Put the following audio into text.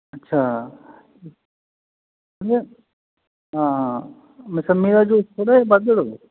ਅੱਛਾ ਹਾਂ ਮਸੰਮੀ ਦਾ ਜੂਸ ਥੋੜ੍ਹਾ ਜਿਹਾ ਵੱਧ ਦਿਓ